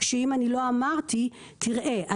תראה,